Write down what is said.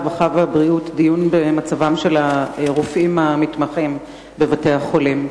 הרווחה והבריאות דיון במצבם של הרופאים המתמחים בבתי-החולים.